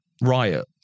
riot